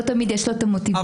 לא תמיד יש לו את המוטיבציה.